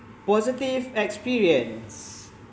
positive experience